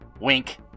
Wink